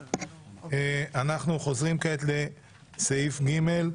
אנחנו חוזרים כעת לסעיף ג':